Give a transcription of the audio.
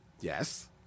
Yes